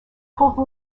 pourvu